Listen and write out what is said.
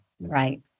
Right